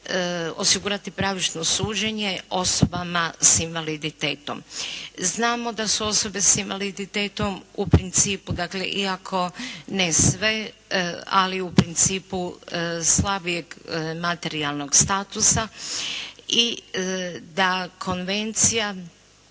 osigurati pravično suđenje osobama sa invaliditetom. Znamo da su osobe s invaliditetom u principu dakle iako ne sve, ali u principu slabijeg materijalnog statusa i da Konvencija